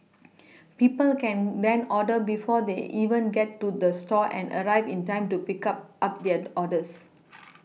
people can then order before they even get to the store and arrive in time to pick up up their orders